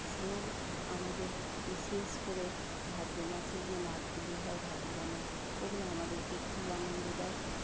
সেও আমাদের বিশেষ করে ভাদ্রমাসে যে নাচগুলি হয় ভাদু গানের ওগুলো আমাদেরকে খুব আনন্দ দেয়